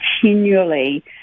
continually